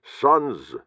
sons